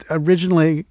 originally